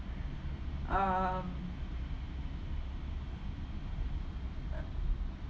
um